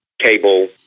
Cable